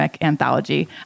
anthology